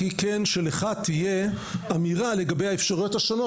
שלך תהיה אמירה לגבי האפשרויות השונות,